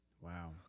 Wow